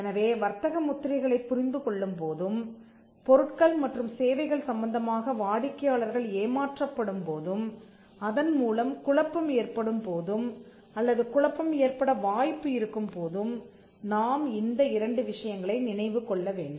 எனவே வர்த்தக முத்திரைகளைப் புரிந்து கொள்ளும் போதும் பொருட்கள் மற்றும் சேவைகள் சம்பந்தமாக வாடிக்கையாளர்கள் ஏமாற்றப்படும் போதும் அதன்மூலம் குழப்பம் ஏற்படும் போதும் அல்லது குழப்பம் ஏற்பட வாய்ப்பு இருக்கும் போதும் நாம் இந்த இரண்டு விஷயங்களை நினைவு கொள்ள வேண்டும்